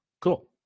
Cool